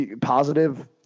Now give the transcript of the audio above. positive